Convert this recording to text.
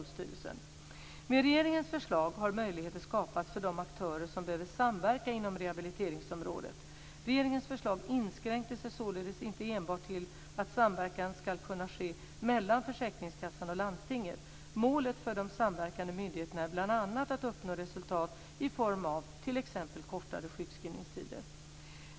Med regeringens förslag har möjligheter skapats för de aktörer som behöver samverka inom rehabiliteringsområdet. Regeringens förslag inskränkte sig således inte enbart till att samverkan ska kunna ske mellan försäkringskassan och landstinget. Målet för de samverkande myndigheterna är bl.a. att uppnå resultat i form av t.ex. kortare sjukskrivningstider.